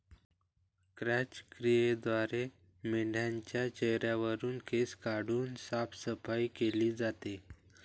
क्रॅच क्रियेद्वारे मेंढाच्या चेहऱ्यावरुन केस काढून साफसफाई केली जाते